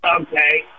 okay